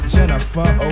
Jennifer